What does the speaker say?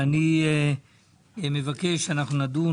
ואני מבקש שאנחנו נדון,